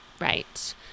right